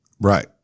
Right